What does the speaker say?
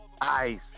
ICE